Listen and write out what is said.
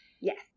Yes